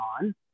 on